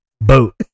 boat